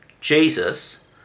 Jesus